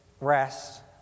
rest